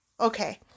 okay